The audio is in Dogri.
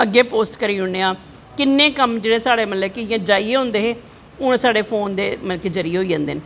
अग्गैं पोस्ट करी ओड़नें आं किन्नें कम्म मतलव कि साढ़ै इयां जाईयै होंदे हे ओह् साढ़े पोन दे मतलव कि जरियै होई जंदे न